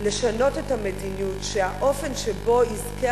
לשנות את המדיניות כך שהאופן שבו יזכה